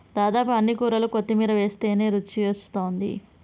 దాదాపు అన్ని కూరల్లో కొత్తిమీర వేస్టనే రుచొస్తాది